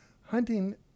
hunting